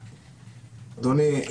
אדוני,